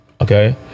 Okay